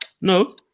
No